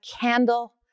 candle